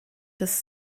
des